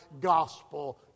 gospel